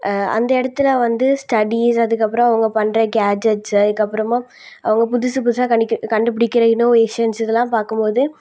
அந்த இடத்துல வந்து ஸ்டடீஸ் அதுக்கப்புறம் அவங்க பண்ணுற கேட்ஜெட்ஸ்ஸு அதுக்கப்புறமா அவங்க புதுசு புதுசாக கண்டிக்க கண்டுபிடிக்கிற இன்னோவேஷன்ஸ் இதெல்லாம் பார்க்கும்போது